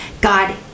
God